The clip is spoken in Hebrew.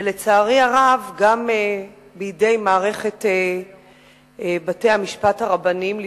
לצערי הרב גם בידי מערכת בתי-המשפט הרבניים,